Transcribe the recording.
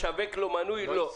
לשווק לו מנוי לא.